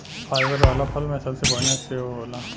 fibre वाला फल में सबसे बढ़िया सेव होला